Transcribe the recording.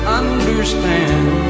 understand